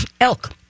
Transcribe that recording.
elk